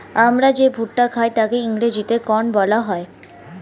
আমরা যে ভুট্টা খাই তাকে ইংরেজিতে কর্ন বলা হয়